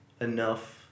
enough